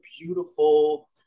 beautiful